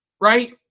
right